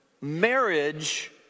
marriage